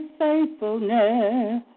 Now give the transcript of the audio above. faithfulness